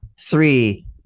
three